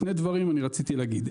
שני דברים רציתי להגיד.